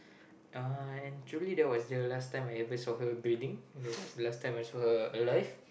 uh truly that was the last time I ever saw her breathing that was the last time I saw her alive